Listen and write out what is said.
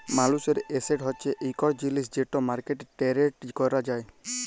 মালুসের এসেট হছে ইকট জিলিস যেট মার্কেটে টেরেড ক্যরা যায়